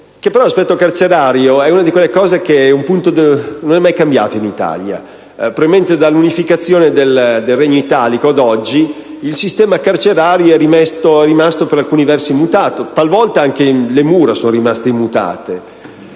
quello carcerario è uno degli aspetti che non è mai cambiato in Italia. Probabilmente, dalla proclamazione del Regno d'Italia ad oggi il sistema carcerario è rimasto per alcuni versi immutato; talvolta, anche le mura sono rimaste immutate.